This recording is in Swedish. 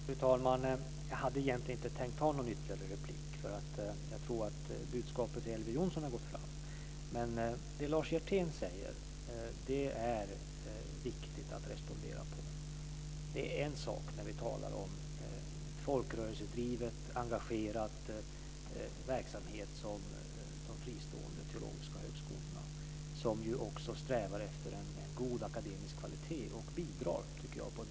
Fru talman! Jag hade egentligen inte tänkt ha något ytterligare anförande. Jag tror att budskapet till Elver Jonsson har gått fram. Men det är viktigt att respondera på det Lars Hjertén säger. Det är en sak när vi talar om folkrörelsedrivet, engagerande verksamhet, som de fristående teologiska högskolorna har, som också strävar efter en god akademisk kvalitet. De bidrar på ett fint sätt.